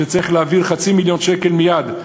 ושצריך להעביר חצי מיליון שקל מייד,